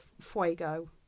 Fuego